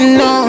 no